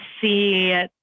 see